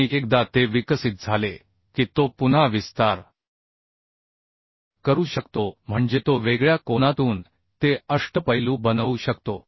आणि एकदा ते विकसित झाले की तो पुन्हा विस्तार करू शकतो म्हणजे तो वेगळ्या कोनातून ते अष्टपैलू बनवू शकतो